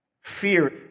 fear